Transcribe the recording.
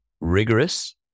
rigorous